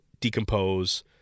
decompose